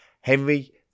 Henry